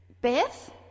Beth